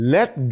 Let